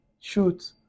shoot